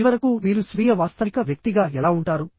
చివరకు మీరు స్వీయ వాస్తవిక వ్యక్తిగా ఎలా ఉంటారు